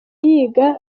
yiga